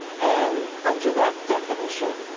and under that definition,